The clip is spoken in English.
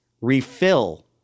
refill